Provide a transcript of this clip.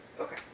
Okay